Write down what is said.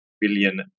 billion